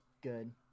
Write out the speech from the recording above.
good